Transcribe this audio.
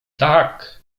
tak